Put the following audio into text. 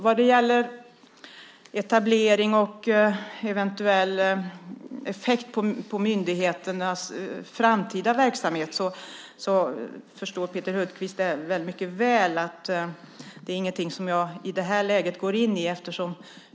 Vad gäller etablering och eventuell effekt på myndigheternas framtida verksamhet förstår Peter Hultqvist mycket väl att det inte är någonting som jag går in på i det här läget.